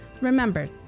remember